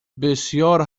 بسیار